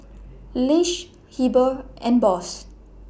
Lish Heber and Boss